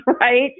right